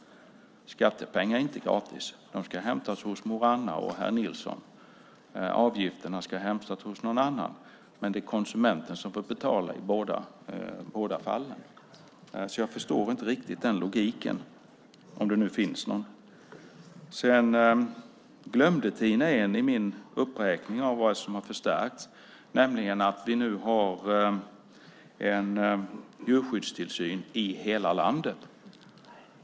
Skattepengar är inte gratis - de ska hämtas hos mor Anna och herr Nilsson. Avgifterna ska hämtas hos någon annan. Men det är konsumenten som får betala i båda fallen. Jag förstår inte riktigt logiken, om det nu finns någon. Tina Ehn glömde en sak i min uppräkning av det som har förstärkts, nämligen att vi nu har en djurskyddstillsyn i hela landet.